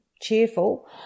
cheerful